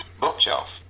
Bookshelf